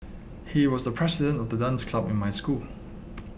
he was the president of the dance club in my school